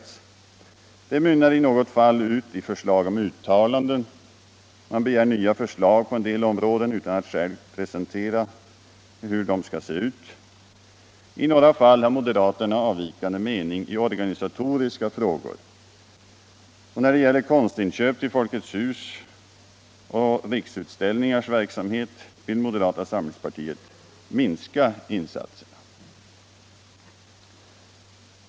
De mynnar i något fall ut i förslag om uttalande. Man begär nya förslag på en del områden utan att själv kunna precisera hur de skulle se ut. I några fall har moderaterna avvikande mening i organisatoriska frågor. När det gäller konstinköp till Folkets hus och Riksutställningars verksamhet vill moderata samlingspartiet minska verksamheten.